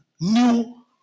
New